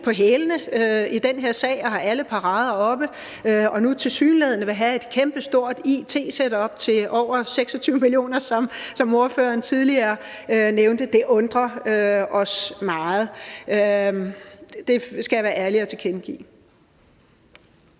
på hælene i den her sag og har alle parader oppe og nu tilsyneladende vil have et kæmpestort it-setup til over 26 mio. kr., som spørgeren tidligere nævnte. Det undrer os meget – det skal jeg være ærlig og tilkendegive.